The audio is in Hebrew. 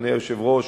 אדוני היושב-ראש,